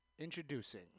Introducing